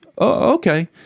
Okay